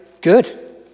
Good